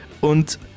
Und